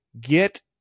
get